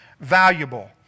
valuable